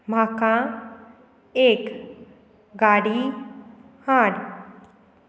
म्हाका एक गाडी हाड